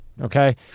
Okay